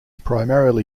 primarily